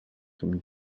comme